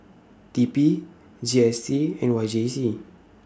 T P G S T and Y J C